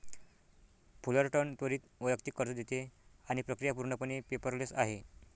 Fullerton त्वरित वैयक्तिक कर्ज देते आणि प्रक्रिया पूर्णपणे पेपरलेस आहे